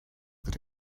that